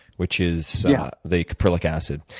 which is yeah the caprylic acid.